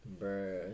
Bruh